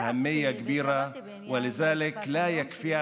אני היססתי והתלבטתי בעניין שפת הנאום שלי,